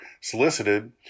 solicited